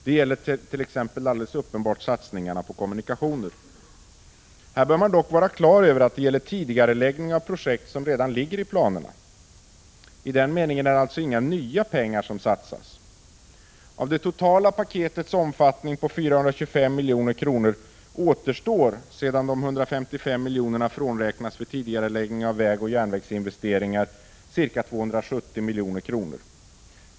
Det gäller t.ex. alldeles uppenbart satsningarna på kommunikationer. Här bör man dock vara klar över att det gäller tidigareläggning av projekt som redan finns i planerna. I den meningen är det alltså inga nya pengar som satsas. Av det totala paketets omfattning på 425 milj.kr. återstår, sedan de 155 miljonerna frånräknats för tidigareläggning av vägoch järnvägsinvesteringar, ca 270 milj.kr.